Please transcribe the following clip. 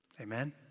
Amen